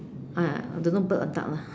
ah don't know bird or duck lah